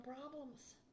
problems